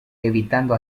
evitando